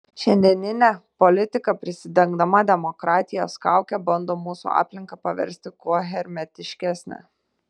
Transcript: šiandieninė politika prisidengdama demokratijos kauke bando mūsų aplinką paversti kuo hermetiškesne